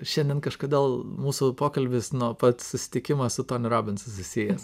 šiandien kažkodėl mūsų pokalbis nuo pat susitikimo su toniu robinsu susijęs